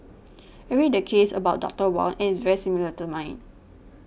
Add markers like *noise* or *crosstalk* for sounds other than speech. I read the case about *noise* Doctor Wong and it's very similar to mine